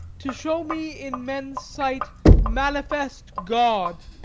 to show me in men's sight manifest god.